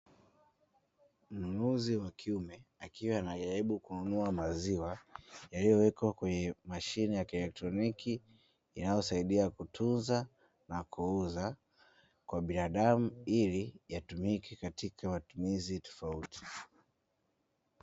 Mnunuzi wa kiume akiwa anajaribu kununua maziwa yaliyowekwa kwenye mashine ya kielektroniki inayosaidia kutunza na kuuza kwa binadamu ili yatumike katika matumizi tofauti.